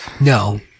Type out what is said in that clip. No